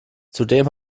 zudem